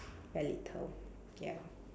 very little ya